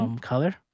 color